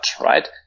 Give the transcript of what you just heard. right